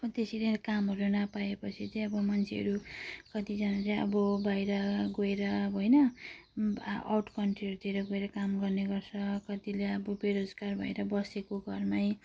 अब त्यसरी कामहरू नपाएपछि चाहिँ अब मान्छेहरू कतिजना चाहिँ अब बाहिर गएर अब होइन आउट कन्ट्रीहरूतिर गएर काम गर्ने गर्छ कतिले अब बेरोजगार भएर बसेको घरमै